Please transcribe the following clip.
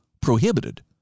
prohibited